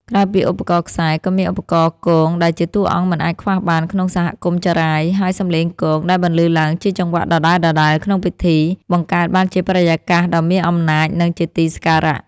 ក្រៅពីឧបករណ៍ខ្សែ ក៏មានឧបករណ៍គងដែលជាតួអង្គមិនអាចខ្វះបានក្នុងសហគមន៍ចារាយ ហើយសម្លេងគងដែលបន្លឺឡើងជាចង្វាក់ដដែលៗក្នុងពិធី បង្កើតបានជាបរិយាកាសដ៏មានអំណាច និងជាទីសក្ការៈ។